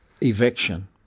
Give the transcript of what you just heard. eviction